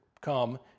come